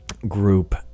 group